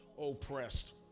oppressed